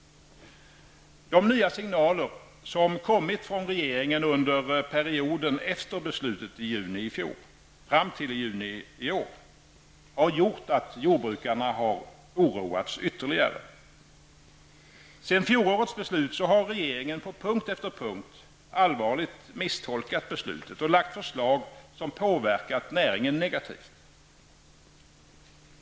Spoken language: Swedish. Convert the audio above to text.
De nya signaler som kommit från regeringen under perioden efter beslutet i juni i fjol fram till juni i år, har gjort att jordbrukarna oroats ytterligare. Sedan fjolårets beslut har regeringen på punkt efter punkt allvarligt misstolkat beslutet och lagt förslag som påverkat näringen negativt.